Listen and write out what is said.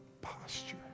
posture